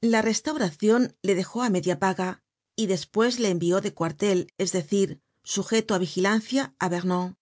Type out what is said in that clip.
la restauracion le dejó á media paga y despues le envió de cuartel es decir sujeto á vigilancia á vernon